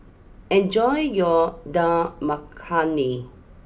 enjoy your Dal Makhani